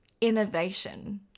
innovation